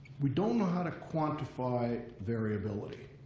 we don't know how to quantify variability.